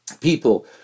people